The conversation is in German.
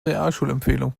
realschulempfehlung